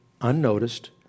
unnoticed